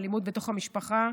אלימות בתוך המשפחה,